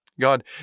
God